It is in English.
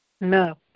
No